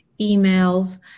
emails